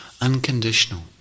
unconditional